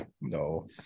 No